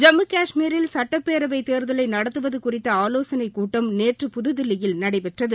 ஜம்மு கஷ்மீரில் சுட்டப்பேரவைத் தேர்தலை நடத்துவது குறிதத ஆலோசனைக் கூட்டம் நேற்று புதுதில்லியில் நடைபெற்றது